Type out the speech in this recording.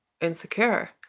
insecure